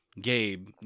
gabe